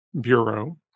Bureau